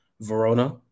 Verona